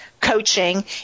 coaching